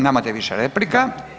Nemate više replika.